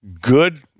Good